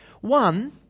One